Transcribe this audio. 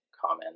common